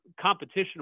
competition